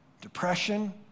depression